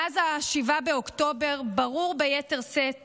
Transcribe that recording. מאז 7 באוקטובר ברור ביתר שאת